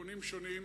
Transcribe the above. מכיוונים שונים,